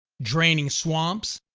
draining swamps,